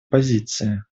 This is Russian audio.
позиции